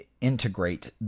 integrate